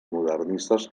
modernistes